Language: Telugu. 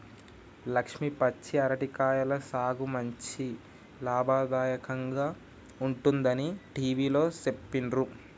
లక్ష్మి పచ్చి అరటి కాయల సాగు మంచి లాభదాయకంగా ఉంటుందని టివిలో సెప్పిండ్రు